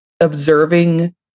observing